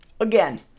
again